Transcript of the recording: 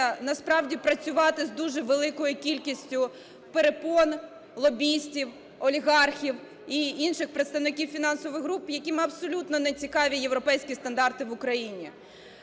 насправді працювати з дуже великою кількістю перепон лобістів, олігархів і інших представників фінансових груп, яким абсолютно не цікаві європейські стандарти в Україні.